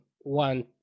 one